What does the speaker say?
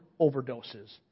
overdoses